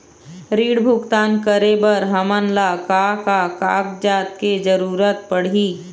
ऋण भुगतान करे बर हमन ला का का कागजात के जरूरत पड़ही?